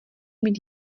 mít